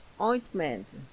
ointment